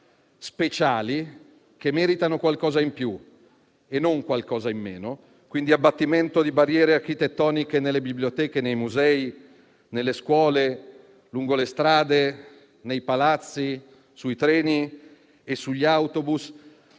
speciali che meritano qualcosa in più e non qualcosa in meno. Mi riferisco all'abbattimento di barriere architettoniche nelle biblioteche, nei musei, nelle scuole, lungo le strade, nei palazzi, sui treni e sugli autobus,